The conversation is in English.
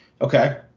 okay